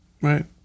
Right